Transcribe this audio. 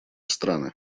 страны